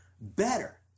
better